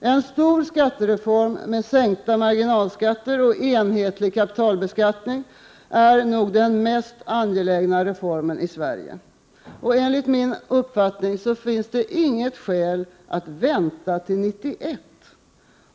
En stor skattereform med sänkta marginalskatter och enhetlig kapitalbeskattning är nog den mest angelägna reformen i Sverige. Enligt min uppfattning finns det inget skäl att vänta till 1991.